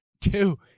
two